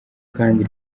kandi